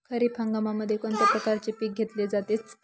खरीप हंगामामध्ये कोणत्या प्रकारचे पीक घेतले जाते?